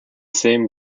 same